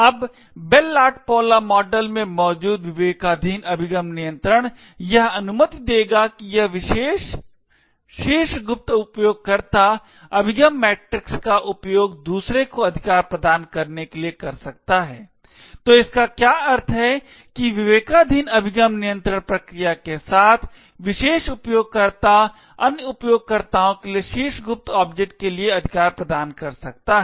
अब Bell LaPadula model में मौजूद विवेकाधीन अभिगम नियंत्रण यह अनुमति देगा कि यह विशेष शीर्ष गुप्त उपयोगकर्ता अभिगम मैट्रिक्स का उपयोग दूसरे को अधिकार प्रदान करने के लिए कर सकता है तो इसका क्या अर्थ है कि विवेकाधीन अभिगम नियंत्रण प्रक्रिया के साथ विशेष उपयोगकर्ता अन्य उपयोगकर्ताओं के लिए शीर्ष गुप्त ऑब्जेक्ट के लिए अधिकार प्रदान कर सकता है